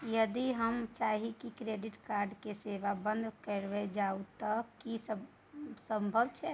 यदि हम चाही की क्रेडिट कार्ड के सेवा बंद कैल जाऊ त की इ संभव छै?